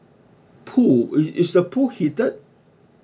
pool is the pool heated